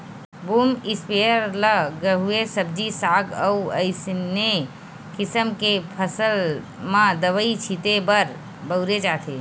boom sprayer ल गहूँए सब्जी साग अउ असइने किसम के फसल म दवई छिते बर बउरे जाथे